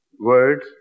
words